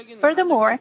Furthermore